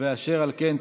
אשר על כן,